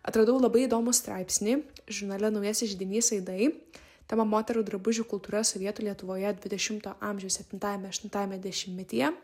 atradau labai įdomų straipsnį žurnale naujasis židinys aidai tema moterų drabužių kultūra sovietų lietuvoje dvidešimto amžiaus septintajame aštuntajame dešimtmetyje